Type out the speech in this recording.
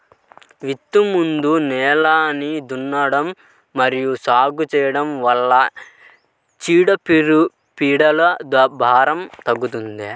విత్తే ముందు నేలను దున్నడం మరియు సాగు చేయడం వల్ల చీడపీడల భారం తగ్గుతుందా?